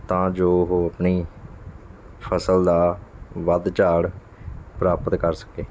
ਤਾਂ ਜੋ ਉਹ ਆਪਣੀ ਫ਼ਸਲ ਦਾ ਵੱਧ ਝਾੜ ਪ੍ਰਾਪਤ ਕਰ ਸਕੇ